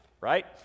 right